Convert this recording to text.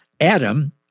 Adam